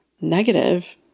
negative